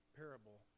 parable